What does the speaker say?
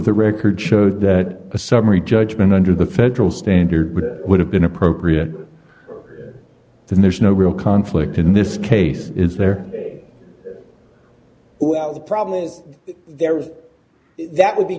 the record showed that a summary judgment under the federal standard would have been appropriate and there's no real conflict in this case is there well the problem is there is that would be